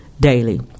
daily